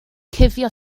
cuddio